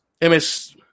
MS